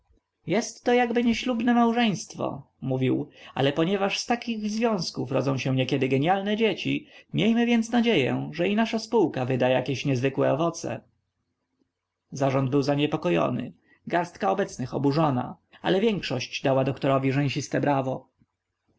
żydami jestto jakby nieślubne małżeństwo mówił ale ponieważ z takich związków rodzą się niekiedy genialne dzieci miejmy więc nadzieję że i nasza spółka wyda jakieś niezwykłe owoce zarząd był zaniepokojony garstka obecnych oburzona ale większość dała doktorowi rzęsiste brawo